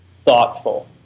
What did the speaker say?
thoughtful